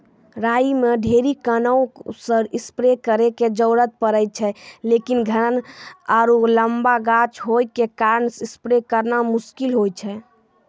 राई मे ढेरी कारणों से स्प्रे करे के जरूरत पड़े छै लेकिन सघन आरु लम्बा गाछ होय के कारण स्प्रे करना मुश्किल होय छै?